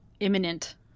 imminent